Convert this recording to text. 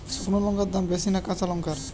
শুক্নো লঙ্কার দাম বেশি না কাঁচা লঙ্কার?